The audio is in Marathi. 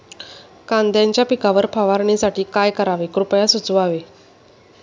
कांद्यांच्या पिकावर फवारणीसाठी काय करावे कृपया सुचवावे